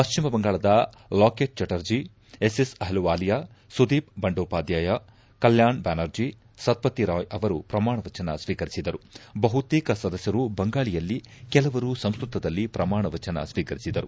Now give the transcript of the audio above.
ಪಶ್ಲಿಮ ಬಂಗಾಳದ ಲಾಕೇಟ್ ಚಟರ್ಜಿ ಎಸ್ಎಸ್ ಅಹ್ಲುವಾಲಿಯಾ ಸುದೀಪ್ ಬಂಡೋಪಧ್ಲಾಯ ಕಲ್ಲಾಡ್ ಬ್ಲಾನರ್ಜಿ ಸತ್ತತಿ ರಾಯ್ ಅವರು ಪ್ರಮಾವಚನ ಸ್ತೀಕರಿಸಿದರು ಬಹುತೇಕ ಸದಸ್ನರು ಬಂಗಾಳಿಯಲ್ಲಿ ಕೆಲವರು ಸಂಸ್ಕತದಲ್ಲಿ ಪ್ರಮಾಣವಚನ ಸ್ವೀಕರಿಸಿದರು